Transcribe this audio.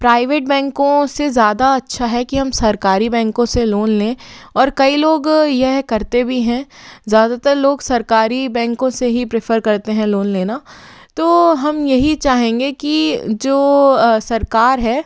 private बैंकों से ज़्यादा अच्छा है कि हम सरकारी बैंकों से लोन लें और कई लोग यह करते भी हैं ज़्यादातर लोग सरकारी बैंकों से ही प्रिफर करते हैं लोन लेना तो हम यही चाहेंगे कि जो सरकार है